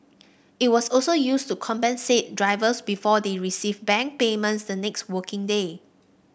it was also used to compensate drivers before they received bank payments the next working day